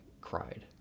cried